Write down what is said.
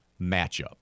matchup